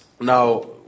now